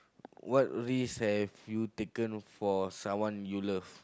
what risk have you taken for someone you love